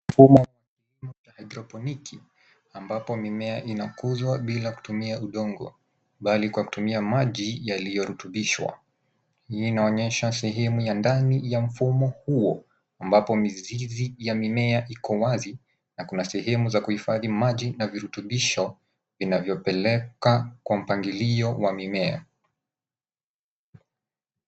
Mfumo mpya wa hydroponiki, ambapo mimea inakuzwa bila kutumia udongo bali kwa kutumia maji yaliyorutubishwa. Hii inaonyesha sehemu ya ndani ya mfumo huo, ambapo mizizi ya mimea iko wazi na kuna sehemu za kuhifadhi maji na virutubisho ,vinavyopeleka kwa mpangilio wa mimea.